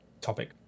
topic